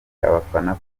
abafana